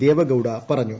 ദേവഗൌഡ പറഞ്ഞു